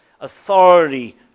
authority